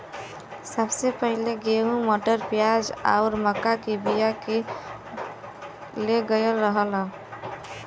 सबसे पहिले गेंहू, मटर, प्याज आउर मक्का के बिया के ले गयल रहल